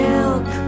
Milk